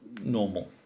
normal